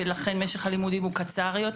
ולכן משך הלימודים הוא קצר יותר.